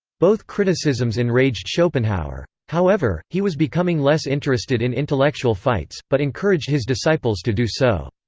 both criticisms enraged schopenhauer. however, he was becoming less interested in intellectual fights, but encouraged his disciples to do so.